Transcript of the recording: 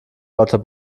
lauter